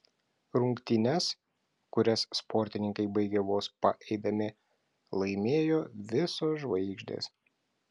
rungtynes kurias sportininkai baigė vos paeidami laimėjo visos žvaigždės